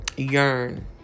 Yearn